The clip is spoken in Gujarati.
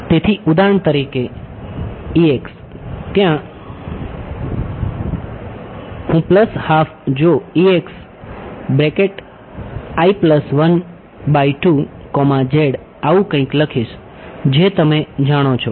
તેથી ઉદાહરણ તરીકે ત્યાં હું પ્લસ હાફ જો હું આવું કંઇક લખીશ જે તમે જાણો છો તેનો અર્થ